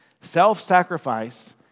Self-sacrifice